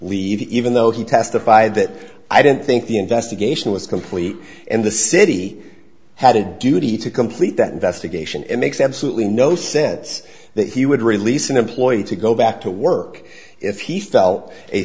leave even though he testified that i didn't think the investigation was complete and the city had a duty to complete that investigation and makes absolutely no sense that he would release an employee to go back to work if he